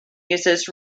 uses